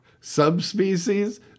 Subspecies